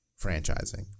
Franchising